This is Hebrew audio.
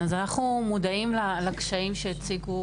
אנחנו מודעים לקשיים שהציגו